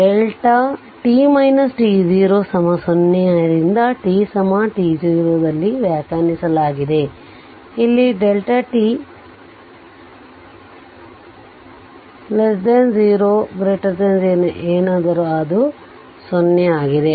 0 ರಿಂದ t t0 ರಲ್ಲಿ ವ್ಯಾಖ್ಯಾನಿಸಲಾಗಿದೆ ಇಲ್ಲಿ t 0 0 ಎನಾದರು ಅದು 0 ಆಗಿದೆ